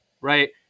right